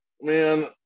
Man